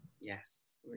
yes